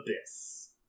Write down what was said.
abyss